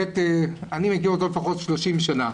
אני מכיר אותו לפחות 30 שנה.